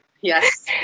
yes